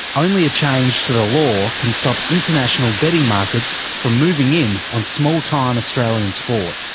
only a change to the law can stop international betting markets from moving in on small-time australian sport.